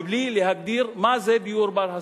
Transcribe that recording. בלי להגדיר מה זה דיור בר-השגה.